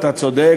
אתה צודק,